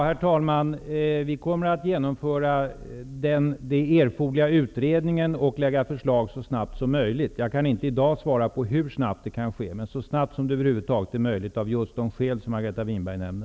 Herr talman! Vi kommer att genomföra den erforderliga utredningen och lägga fram förslag så snabbt som möjligt. Jag kan inte i dag svara på hur snabbt det kan ske, men det skall göras så snabbt som det över huvud taget är möjligt, av just de skäl som Margareta Winberg nämnde.